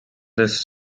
this